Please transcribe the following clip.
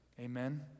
Amen